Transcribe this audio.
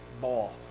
ball